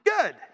good